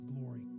glory